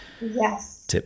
Yes